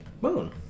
Moon